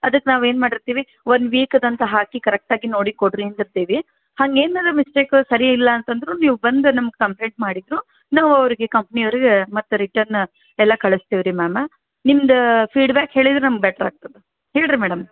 ಅದಕ್ಕೆ ನಾವೇನು ಮಾಡಿರ್ತೀವಿ ಒಂದು ವೀಕ್ದಂತ ಹಾಕಿ ಕರೆಕ್ಟಾಗಿ ನೋಡಿ ಕೊಡಿರಿ ಅಂದಿರ್ತೀವಿ ಹಂಗೆ ಏನಾರೂ ಮಿಸ್ಟೇಕು ಸರಿ ಇಲ್ಲ ಅಂತಂದ್ರೆ ನೀವು ಬಂದು ನಮ್ಗೆ ಕಂಪ್ಲೇಂಟ್ ಮಾಡಿದ್ರೆ ನಾವು ಅವರಿಗೆ ಕಂಪ್ನಿ ಅವರಿಗೆ ಮತ್ತೆ ರಿಟನ್ ಎಲ್ಲ ಕಳಿಸ್ತೀವ್ ರೀ ಮ್ಯಾಮ ನಿಮ್ಮದು ಫೀಡ್ಬ್ಯಾಕ್ ಹೇಳಿದ್ರೆ ನಮ್ಗ್ ಬೆಟ್ರ್ ಆಗ್ತದೆ ಹೇಳಿರಿ ಮೇಡಮ್